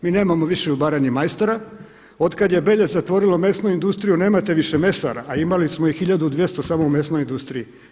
Mi nemamo više u Baranji majstora otkada je Belje zatvorilo mesnu industriju nemate više mesara a imali smo ih 1200 samo u mesnoj industriji.